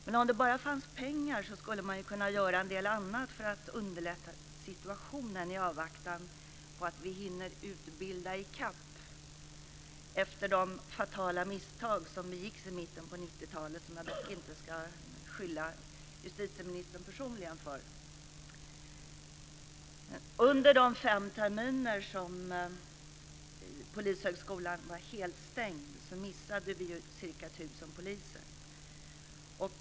Men om det bara fanns pengar skulle man kunna göra en del annat för att underlätta situationen i avvaktan på att vi hinner utbilda i kapp efter de fatala misstag som begicks i mitten av 90-talet. Dessa ska jag dock inte beskylla justitieministern personligen för. Under de fem terminer då Polishögskolan var helt stängd missade vi ju ca 1 000 poliser.